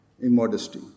immodesty